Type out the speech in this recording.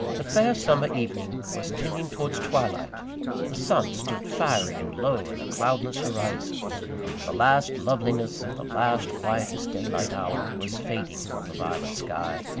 the fair summer evening was tending towards twilight the sun stood fiery and low in a cloudless horizon the last loveliness of the last quietest daylight hour was fading on the violet sky,